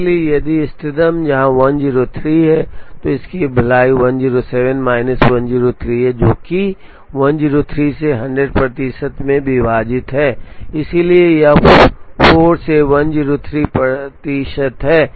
और इसलिए यदि इष्टतम जहां 103 है तो इस की भलाई 107 माइनस 103 है जो कि 103 से 100 प्रतिशत में विभाजित है इसलिए यह 4 से 103 प्रतिशत है